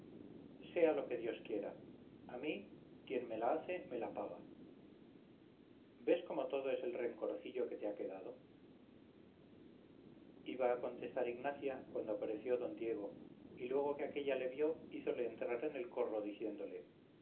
sea lo que dios quiera a mí quien me la hace me la paga ves cómo todo es el rencorcillo que te ha quedado iba a contestar ignacia cuando apareció d diego y luego que aquella le vio hízole entrar en el corro diciéndole